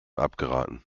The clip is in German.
abgeraten